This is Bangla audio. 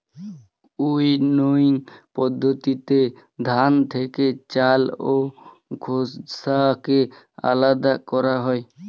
উইনোইং পদ্ধতিতে ধান থেকে চাল ও খোসাকে আলাদা করা হয়